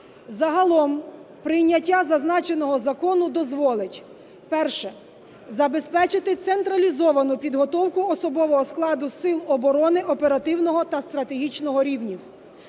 Загалом прийняття зазначеного закону дозволить. Перше – забезпечити централізовану підготовку особового складу сил оборони оперативного та стратегічного рівнів.